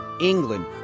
England